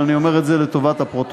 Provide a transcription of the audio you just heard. אבל אני אומר את זה לטובת הפרוטוקול,